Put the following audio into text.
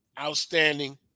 outstanding